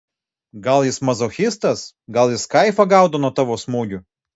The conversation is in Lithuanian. gal jis mazochistas gal jis kaifą gaudo nuo tavo smūgių